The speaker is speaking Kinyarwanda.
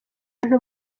abantu